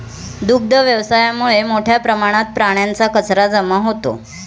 दुग्ध व्यवसायामुळे मोठ्या प्रमाणात प्राण्यांचा कचरा जमा होतो